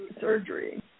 surgery